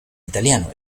italiano